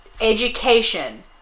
education